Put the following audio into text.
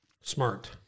Smart